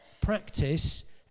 practice